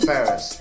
Paris